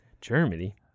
Germany